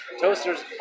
Toasters